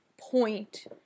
point